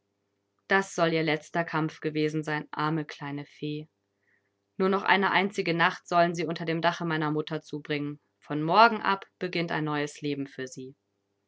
das soll ihr letzter kampf gewesen sein arme kleine fee nur noch eine einzige nacht sollen sie unter dem dache meiner mutter zubringen von morgen ab beginnt ein neues leben für sie